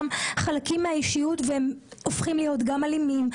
חלקים מהאישיות והם הופכים להיות גם אלימים,